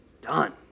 done